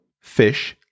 fish